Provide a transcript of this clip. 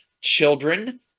children